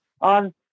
on